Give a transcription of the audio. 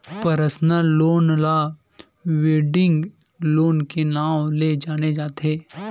personal loan ल wedding loan के नांव ले जाने जाथे